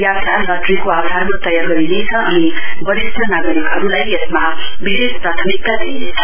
यात्रा लट्रीको आधारमा तय गरिनेछ अनि वरिष्ट नागरिकहरूलाई यसमा विशेष प्राथमिकता दिइनेछ